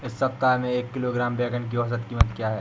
इस सप्ताह में एक किलोग्राम बैंगन की औसत क़ीमत क्या है?